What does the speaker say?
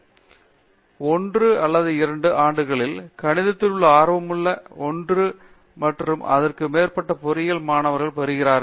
பேராசிரியர் அரிந்தமா சிங் ஒரு அல்லது இரண்டு ஆண்டுகளிலும் கணிதத்தில் ஆர்வமுள்ள ஒன்று இரண்டு அல்லது அதற்கு மேற்பட்ட பொறியியல் மாணவர்களைப் பெறுகிறார்